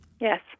Yes